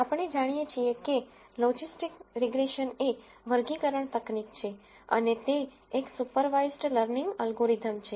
આપણે જાણીએ છીએ કે એ વર્ગીકરણ તકનીક છે અને તે એક સુપરવાઇસડ લર્નિગ એલ્ગોરિધમ છે